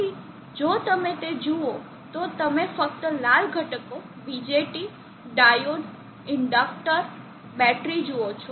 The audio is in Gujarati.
તેથી જો તમે તે જુઓ તો તમે ફક્ત લાલ ઘટકો BJT ડાયોડ ઇન્ડક્ટરેટર બેટરી જુઓ છો